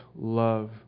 love